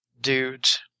dudes